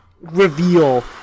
reveal